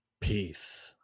Peace